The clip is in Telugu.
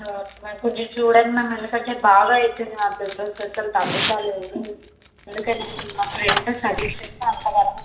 ఓకే మ్యామ్ కొంచెం చూడండి మ్యామ్ ఎందుకంటే బాగా అవుతున్నాయి మ్యామ్ పింపుల్స్ అసలు తగ్గుతలేవు అందుకని మా ఫ్రెండ్ సజెషన్ చేస్తే అంతగనం